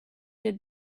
did